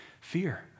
fear